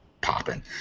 popping